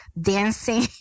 dancing